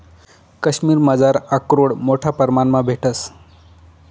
काश्मिरमझार आकरोड मोठा परमाणमा भेटंस